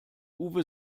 uwe